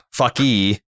fucky